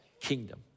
kingdom